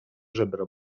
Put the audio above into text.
żebra